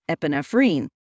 epinephrine